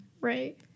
right